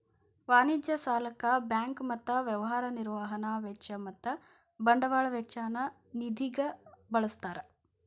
ವಾಣಿಜ್ಯ ಸಾಲಕ್ಕ ಬ್ಯಾಂಕ್ ಮತ್ತ ವ್ಯವಹಾರ ನಿರ್ವಹಣಾ ವೆಚ್ಚ ಮತ್ತ ಬಂಡವಾಳ ವೆಚ್ಚ ನ್ನ ನಿಧಿಗ ಬಳ್ಸ್ತಾರ್